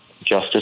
justice